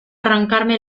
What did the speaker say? arrancarme